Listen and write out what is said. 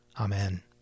Amen